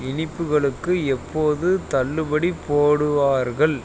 இனிப்புகளுக்கு எப்போது தள்ளுபடி போடுவார்கள்